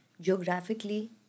Geographically